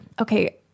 Okay